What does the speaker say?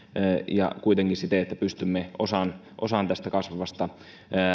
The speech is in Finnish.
ja kuitenkin siten että pystymme osan osan tästä kasvavasta